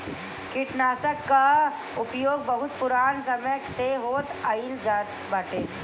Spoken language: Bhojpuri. कीटनाशकन कअ उपयोग बहुत पुरान समय से होत आइल बाटे